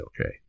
okay